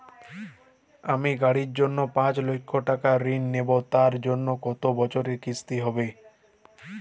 আমি গাড়ির জন্য পাঁচ লক্ষ টাকা ঋণ নেবো তার জন্য কতো বছরের কিস্তি হবে?